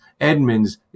Edmonds